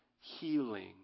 healing